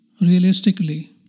realistically